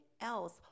else